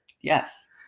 Yes